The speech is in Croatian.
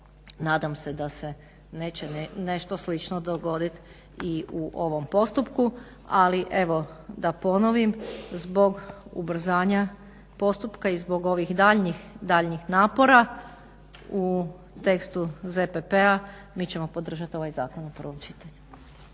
Nadam se da se neće nešto slično dogodit i u ovom postupku. Ali evo da ponovim, zbog ubrzanja postupka i zbog ovih daljnjih, daljnjih napora u tekstu ZPP-a mi ćemo podržat ovaj zakon u prvom čitanju.